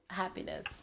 happiness